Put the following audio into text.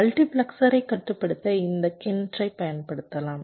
மல்டிபிளெக்சரைக் கட்டுப்படுத்த இந்த கிணற்றைப் பயன்படுத்தலாம்